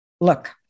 look